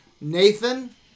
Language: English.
Nathan